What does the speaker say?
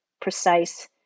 precise